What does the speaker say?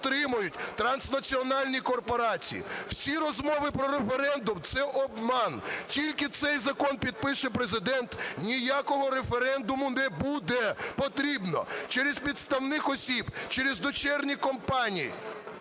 транснаціональні корпорації. Всі розмови про референдум – це обман. Тільки цей закон підпише Президент, ніякого референдуму не буде потрібно. Через підставних осіб, через дочірні компанії